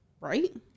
right